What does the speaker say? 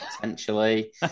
potentially